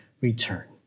return